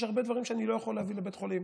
יש הרבה דברים שאני לא יכול להביא לבית חולים,